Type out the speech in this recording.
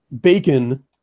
bacon